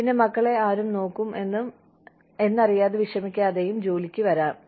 പിന്നെ മക്കളെ ആരു നോക്കും എന്നറിയാതെ വിഷമിക്കാതെയും ജോലിക്ക് വരാനാകും